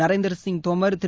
Narendra Singh Tomar Thiru